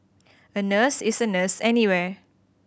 a nurse is a nurse anywhere